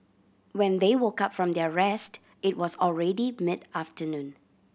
when they woke up from their rest it was already mid afternoon